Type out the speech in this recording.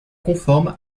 conforme